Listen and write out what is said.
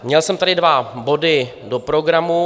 Měl jsem tady dva body do programu.